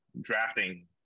drafting